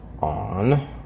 On